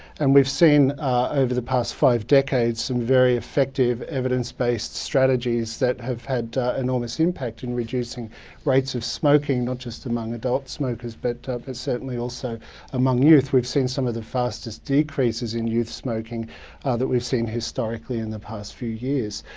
and we've seen over the past five decades some very effective evidence-based strategies that have had enormous impact in reducing rates of smoking, not just among adult smokers, but certainly also among youth. we've seen some of the fastest decreases in youth smoking ah that we've seen historically in the past few years.